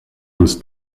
uns